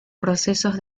procesos